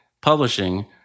publishing